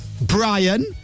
Brian